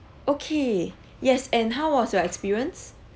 okay yes and how was your experience